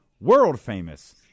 world-famous